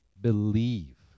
Believe